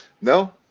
no